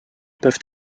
peuvent